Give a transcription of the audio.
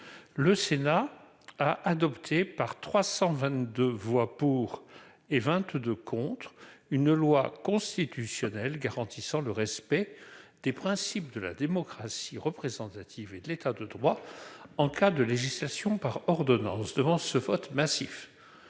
le Sénat a adopté par 322 voix pour et 22 contre une loi constitutionnelle garantissant le respect des principes de la démocratie représentative et de l'état de droit, en cas de législation par ordonnances devant ce vote massif